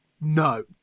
No